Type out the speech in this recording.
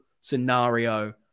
scenario